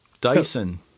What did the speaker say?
Dyson